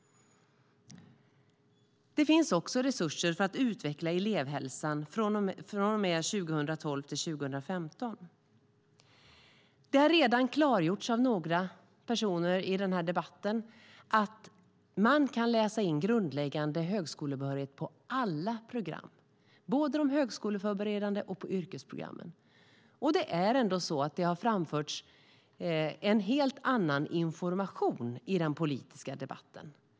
Det finns också resurser för att utveckla elevhälsan 2012-2015. Det har redan klargjorts av några personer i denna debatt att man kan läsa in grundläggande högskolebehörighet på alla program, både på de högskoleförberedande och på yrkesprogrammen. Det är ändå så att det har framförts en helt annan information i den politiska debatten.